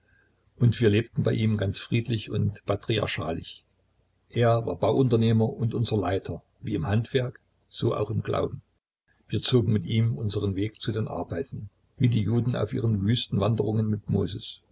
und wir lebten bei ihm ganz friedlich und patriarchalisch er war bauunternehmer und unser leiter wie im handwerk so auch im glauben wir zogen mit ihm unsern weg zu den arbeiten wie die juden auf ihren wüstenwanderungen mit moses